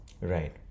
Right